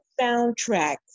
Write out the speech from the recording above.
soundtrack